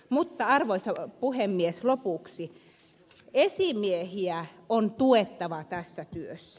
mutta arvoisa puhemies lopuksi esimiehiä on tuettava tässä työssä